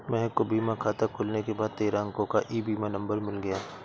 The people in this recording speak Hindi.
महक को बीमा खाता खुलने के बाद तेरह अंको का ई बीमा नंबर मिल गया